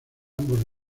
ambos